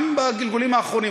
גם בגלגולים האחרונים.